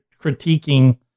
critiquing